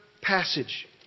passage